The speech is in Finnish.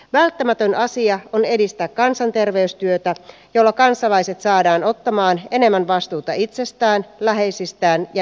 välttämätön asia on edistää kansanterveystyötä jolla kansalaiset saadaan ottamaan enemmän vastuuta itsestään läheisistään ja ympäristöstään